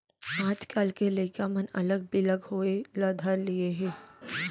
आजकाल के लइका मन अलग बिलग होय ल धर लिये हें